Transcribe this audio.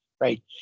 Right